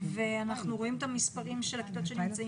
אנחנו רואים את המספרים של הכיתות שנמצאות